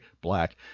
black